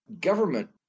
Government